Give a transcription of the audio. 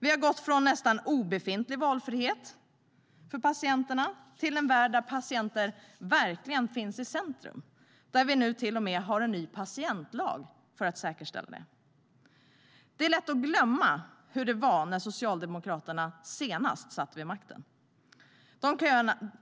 Vi har gått från nästan obefintlig valfrihet för patienterna till en värld där patienten verkligen står i centrum och där vi nu till och med har en ny patientlag för att säkerställa det. Det är lätt att glömma hur det var när Socialdemokraterna senast satt vid makten.